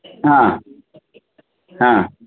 आं हा